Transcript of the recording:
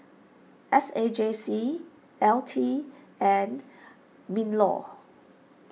S A J C L T and MinLaw